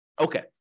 okay